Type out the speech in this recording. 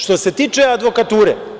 Što se tiče advokature.